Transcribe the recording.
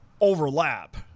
overlap